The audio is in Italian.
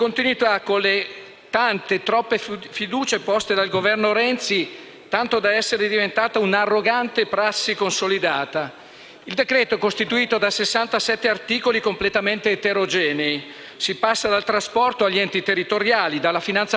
Il decreto-legge è costituito da 67 articoli completamente eterogenei. Si passa dal trasporto agli enti territoriali, dalla finanza pubblica a quella locale. Si passa dal credito al lavoro, dallo sport (con il golf) e dal gioco d'azzardo alle ulteriori misure per il terremoto